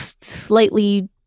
slightly